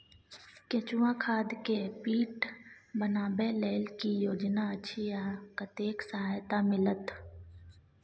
केचुआ खाद के पीट बनाबै लेल की योजना अछि आ कतेक सहायता मिलत?